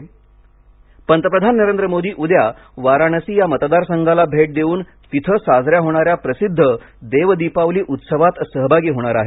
मोदी काशी पंतप्रधान नरेंद्र मोदी उद्या वाराणसी या मतदारसंघाला भेट देऊन तिथे साजऱ्या होणाऱ्या प्रसिद्ध देव दीपावली उत्सवात सहभागी होणार आहेत